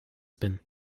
bin